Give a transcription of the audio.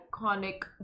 iconic